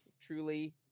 truly